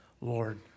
Lord